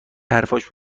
حرفاش